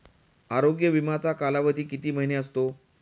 आरोग्य विमाचा कालावधी किती महिने असतो?